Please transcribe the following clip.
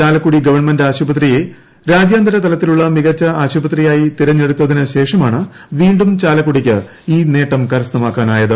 Chalakudy government ആശുപത്രിയെ രാജ്യാന്തര തലത്തിലുള്ള മികച്ചു ആശുപത്രിയാട്യി തിരഞ്ഞെടുത്തതിന് ശേഷമാണ് വീണ്ടും ചാലക്കുടിക്ക് ഈ നേട്ടം കരസ്ഥമാക്കാനായത്